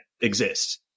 exists